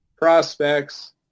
prospects